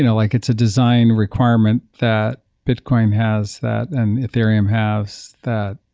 you know like it's a design requirement that bitcoin has that and ethereum has that,